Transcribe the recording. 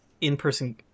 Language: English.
in-person